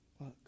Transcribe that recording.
Look